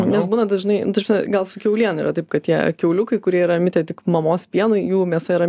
nes būna dažnai nu ta prasme gal su kiauliena yra taip kad tie kiauliukai kurie yra mitę tik mamos pienui jų mėsa yra